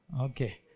Okay